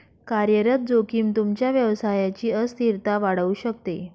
कार्यरत जोखीम तुमच्या व्यवसायची अस्थिरता वाढवू शकते